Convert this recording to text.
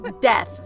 death